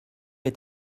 est